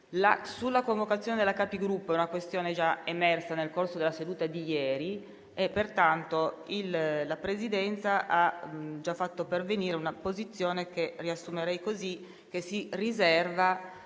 della Conferenza dei Capigruppo è una questione già emersa nel corso della seduta di ieri, pertanto la Presidenza ha già fatto pervenire la sua posizione, che riassumerei